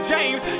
James